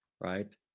right